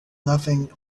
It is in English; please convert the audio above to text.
nothing